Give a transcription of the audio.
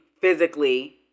physically